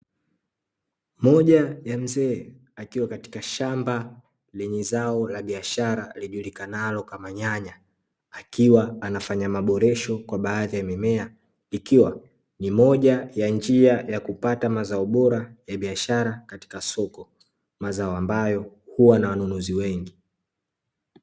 Moja ya mzee akiwa katika shamba lenye zao la biashara lijulikanalo kama nyanya, akiwa anafanya maboresho kwa baadhi ya mimea. Ikiwa ni moja ya njia ya kupata mazao bora ya biashara katika soko, mazao ambayo huwa na wanunuzi wengi.